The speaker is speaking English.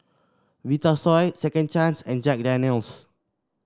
Vitasoy Second Chance and Jack Daniel's